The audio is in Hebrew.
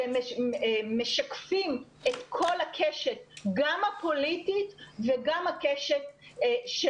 שהם משקפים את כל הקשת גם הפוליטית וגם הקשת של,